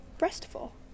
Restful